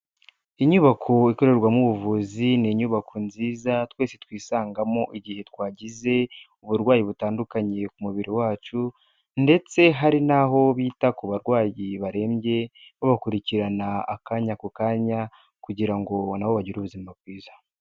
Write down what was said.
Inyubako ikorerwamo ubuvuzi, ni inyubako nziza twese twisangamo igihe twagize uburwayi butandukanye ku mubiri wacu ndetse hari n'aho bita ku barwayi barembye, babakurikirana akanya ku kanya kugira ngo na bo bagire ubuzima bwiza.